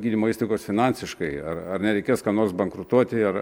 gydymo įstaigos finansiškai ar ar nereikės kam nors bankrutuoti ar